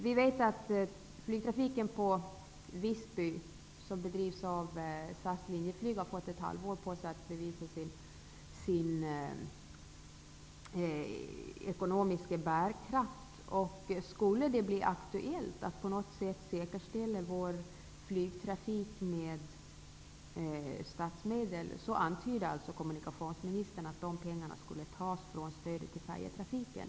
Vi vet att flygtrafiken på Visby, som bedrivs av SAS linjeflyg, har fått ett halvår på sig att bevisa sin ekonomiska bärkraft. Om det skulle bli aktuellt att vår flygtrafik på något sätt skulle säkerställas med statsmedel, antydde kommunikationsministern att dessa pengar skulle tas från stödet till färjetrafiken.